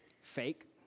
fake